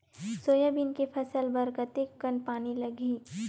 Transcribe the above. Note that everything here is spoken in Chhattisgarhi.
सोयाबीन के फसल बर कतेक कन पानी लगही?